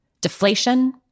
Deflation